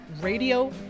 radio